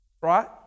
right